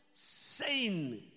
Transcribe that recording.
Sane